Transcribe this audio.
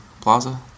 Plaza